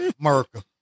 America